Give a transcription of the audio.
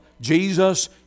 Jesus